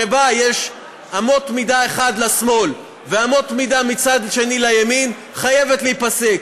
שיש אמת מידה אחת לשמאל ואמת מידה מצד שני לימין חייבת להיפסק,